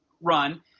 run